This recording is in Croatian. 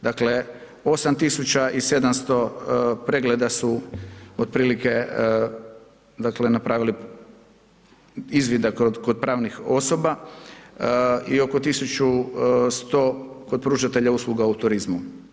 Dakle, 8700 pregleda su otprilike, dakle, napravili izvida kod pravnih osoba i oko 1100 kod pružatelja usluga u turizmu.